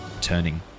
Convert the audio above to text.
turning